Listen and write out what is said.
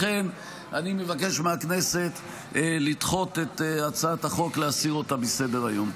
לכן אני מבקש מהכנסת לדחות את הצעת החוק ולהסיר אותה מסדר-היום.